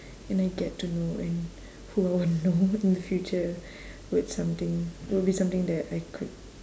and I get to know and who I wanna know in the future would something would be something that I could